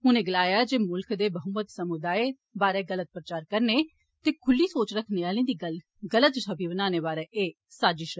उनें गलाया जे मुल्ख दे बहुमत समुदाय बारे गलत प्रचार करने ते खुल्ली सोच रक्खने लेई दी गलत छवि बनाने बारे एह इक साजिष ही